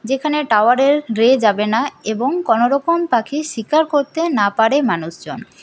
যেখানে টাওয়ারয়ের রে যাবে না এবং কোনরকম পাখি শিকার করতে না পারে মানুষজন